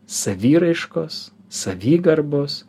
saviraiškos savigarbos